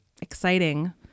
exciting